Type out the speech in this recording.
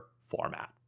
format